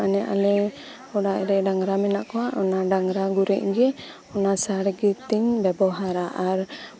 ᱢᱟᱱᱮ ᱟᱞᱮ ᱚᱲᱟᱜ ᱨᱮ ᱰᱟᱝᱨᱟ ᱢᱮᱱᱟᱜ ᱠᱚᱣᱟ ᱚᱱᱟ ᱰᱟᱝᱨᱟ ᱜᱩᱨᱤᱡ ᱜᱮ ᱚᱱᱟ ᱥᱟᱨ ᱞᱟᱹᱜᱤᱫ ᱤᱧ ᱵᱮᱵᱚᱦᱟᱨᱟ ᱟᱨ